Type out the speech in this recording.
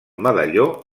medalló